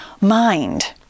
mind